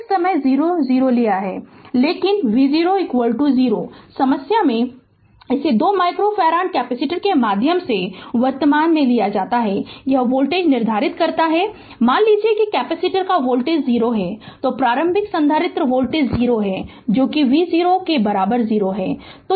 लेकिन v 0 0 समस्या में इसे 2 माइक्रो फैराड कैपेसिटर के माध्यम से वर्तमान दिया जाता है यह वोल्टेज निर्धारित करता है मान लें कि कैपेसिटर वोल्टेज 0 है जो कि प्रारंभिक संधारित्र वोल्टेज 0 है जो कि v 0 के बराबर 0 है